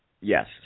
Yes